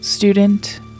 Student